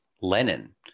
Lenin